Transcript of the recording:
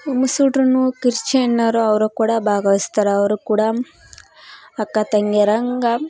ಮುಸುಡ್ರುನ್ನೂ ಕ್ರಿಶ್ಚಿಯನ್ನರು ಅವರೂ ಕೂಡ ಭಾಗವಯ್ಸ್ತರೆ ಅವರೂ ಕೂಡ ಅಕ್ಕ ತಂಗಿಯರಂಗೆ